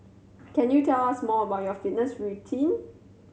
can you tell us more about your fitness routine